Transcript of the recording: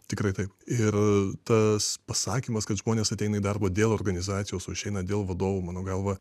tikrai taip ir tas pasakymas kad žmonės ateina į darbą dėl organizacijos o išeina dėl vadovų mano galva